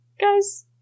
Guys